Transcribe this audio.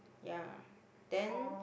ya then